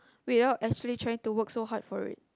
without actually trying to work so hard for it